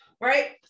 right